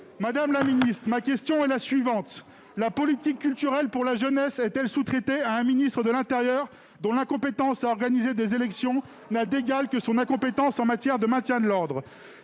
Madame la ministre, ma question est la suivante : la politique culturelle pour la jeunesse est-elle sous-traitée à un ministre de l'intérieur, dont l'incompétence à organiser des élections n'a d'égale que son incompétence en matière de maintien de l'ordre ?